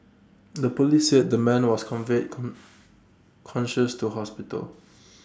the Police said the man was conveyed con conscious to hospital